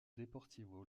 deportivo